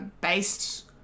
based